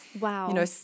Wow